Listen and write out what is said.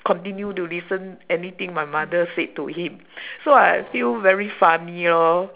continue to listen anything my mother said to him so I feel very funny lor